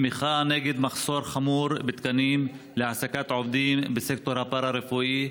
במחאה על מחסור חמור בתקנים להעסקת עובדים בסקטור הפארה-רפואי,